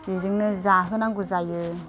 बेजोंनो जाहोनांगौ जायो